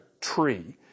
tree